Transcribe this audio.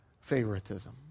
favoritism